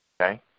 Okay